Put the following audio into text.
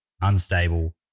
unstable